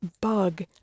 bug